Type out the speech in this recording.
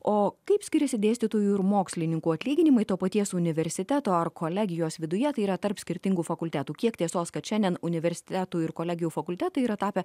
o kaip skiriasi dėstytojų ir mokslininkų atlyginimai to paties universiteto ar kolegijos viduje tai yra tarp skirtingų fakultetų kiek tiesos kad šiandien universitetų ir kolegijų fakultetai yra tapę